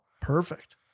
Perfect